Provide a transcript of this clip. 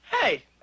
Hey